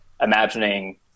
imagining